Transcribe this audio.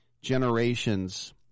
generations